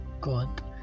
god